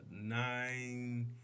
nine